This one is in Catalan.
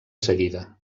seguida